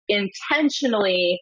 intentionally